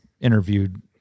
interviewed